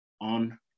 on